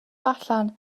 allan